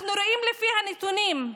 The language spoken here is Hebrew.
אנחנו רואים לפי הנתונים,